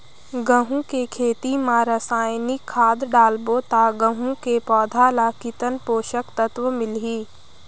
गंहू के खेती मां रसायनिक खाद डालबो ता गंहू के पौधा ला कितन पोषक तत्व मिलही?